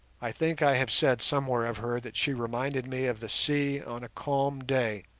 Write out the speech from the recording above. i think i have said somewhere of her that she reminded me of the sea on a calm day,